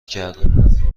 کردم